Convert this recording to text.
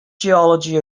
geology